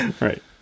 Right